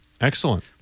Excellent